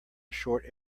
short